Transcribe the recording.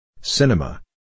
Cinema